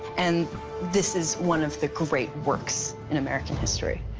and this is one of the great works in american history.